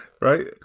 Right